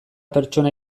pertsona